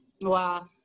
wow